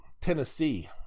Tennessee